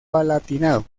palatinado